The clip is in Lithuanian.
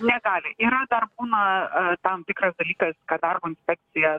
negali yra dar būna a tam tikras dalykas kad darbo inspekcija